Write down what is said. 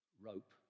rope